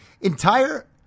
entire